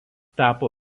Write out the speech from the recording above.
tapo